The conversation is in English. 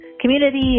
community